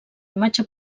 imatge